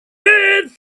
with